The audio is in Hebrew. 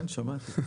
כן, שמעתי.